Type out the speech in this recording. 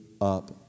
up